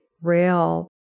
rail